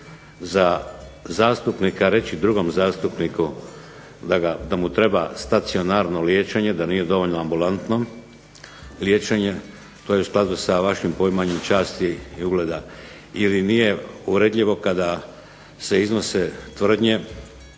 za zastupnika reći drugom zastupniku da mu treba stacionarno liječenje, da nije dovoljno ambulantno liječenje, to je u skladu sa vašim poimanjem časti i ugleda. Ili nije uvredljivo kada se iznose